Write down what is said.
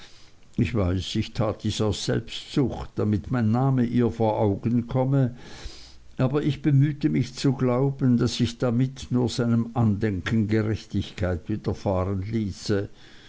ich weiß ich tat dies aus selbstsucht damit mein name ihr vor augen komme aber ich bemühte mich zu glauben daß ich damit nur seinem andenken gerechtigkeit widerfahren ließe